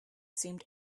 seemed